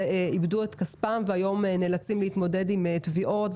איבדו את כספם והיום נאלצים להתמודד עם תביעות,